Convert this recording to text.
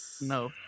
No